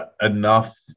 enough